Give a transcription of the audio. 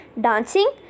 Dancing